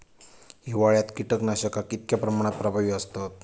हिवाळ्यात कीटकनाशका कीतक्या प्रमाणात प्रभावी असतत?